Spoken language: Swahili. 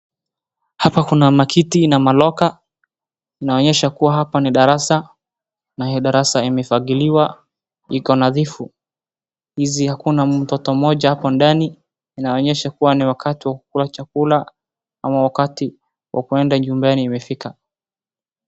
Hapa kuna makiti na malocker inaonyesha kuwa hapa ni darasa na hii darasa imefagiliwa iko nadhifu. Hizi hakuna mtoto mmoja hapo ndani inaonyesha kuwa ni wakati wa kukula chakula ama wakati wakuenda nyumbani imefika.